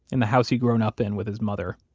in the house he'd grown up in with his mother,